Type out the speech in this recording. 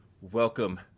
Welcome